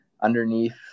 underneath